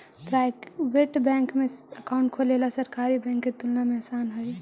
private bank में account खोलेला सरकारी बैंक के तुलना में आसान हइ